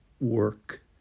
work